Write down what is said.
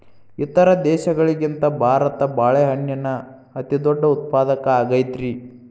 ಇತರ ದೇಶಗಳಿಗಿಂತ ಭಾರತ ಬಾಳೆಹಣ್ಣಿನ ಅತಿದೊಡ್ಡ ಉತ್ಪಾದಕ ಆಗೈತ್ರಿ